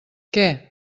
què